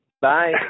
Bye